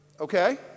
Okay